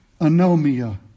anomia